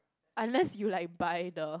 unless you like buy the